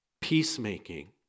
peacemaking